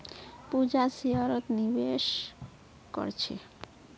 पूजा शेयरत निवेश कर छे